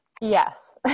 Yes